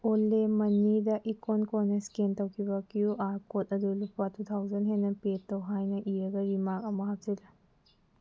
ꯑꯣꯂꯥ ꯃꯅꯤꯗ ꯏꯀꯣꯟ ꯀꯣꯟꯅ ꯁ꯭ꯀꯦꯟ ꯇꯧꯈꯤꯕ ꯀ꯭ꯌꯨ ꯑꯥꯔ ꯀꯣꯠ ꯑꯗꯨ ꯂꯨꯄꯥ ꯇꯨ ꯊꯥꯎꯖꯟ ꯍꯦꯟꯅ ꯄꯦ ꯇꯧ ꯍꯥꯏꯅ ꯏꯔꯒ ꯔꯤꯃꯥꯛ ꯑꯃ ꯍꯥꯄꯆꯤꯜꯂꯨ